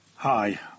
Hi